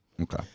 Okay